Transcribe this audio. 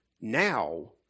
now